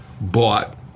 bought